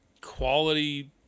quality